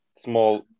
small